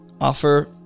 offer